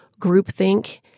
groupthink